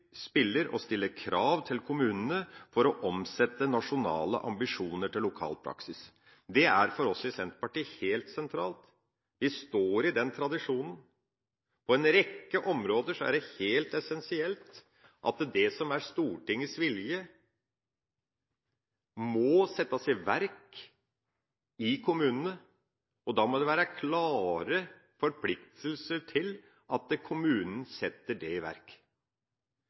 spiller og stille krav til kommunene for å omsette nasjonale ambisjoner til lokal praksis. Det er for oss i Senterpartiet helt sentralt. Vi står i den tradisjonen. På en rekke områder er det helt essensielt at det som er Stortingets vilje, må settes i verk i kommunene. Da må det være klare forpliktelser til at kommunen setter det i verk.